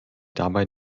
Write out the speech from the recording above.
dabei